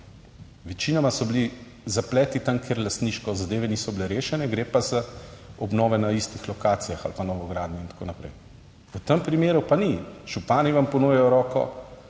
Večinoma so bili zapleti tam, kjer lastniško zadeve niso bile rešene, gre pa za obnove na istih lokacijah ali pa novogradnje in tako naprej. V tem primeru pa ni. Župani vam ponujajo roko,